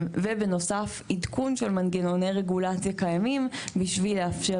עדכון של מנגנוני רגולציה קיימים בשביל לאפשר